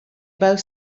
both